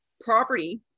property